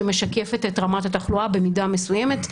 שמשקפת את רמת התחלואה במידה מסוימת.